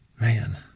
man